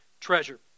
treasure